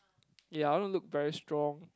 ya I want to look very strong